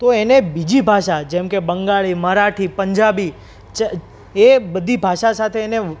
તો એને બીજી ભાષા જેમકે બંગાળી મરાઠી પંજાબી એ બધી ભાષા સાથે એને